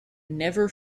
never